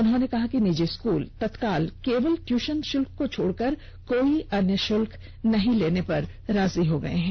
उन्होंने कहा कि निजी स्कूल तत्काल केवल ट्यूषन शुल्क को छोड़कर कोई अन्य शुल्क नहीं लेने पर राजी हो गये हैं